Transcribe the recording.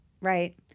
right